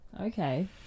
Okay